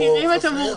נכון.